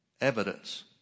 evidence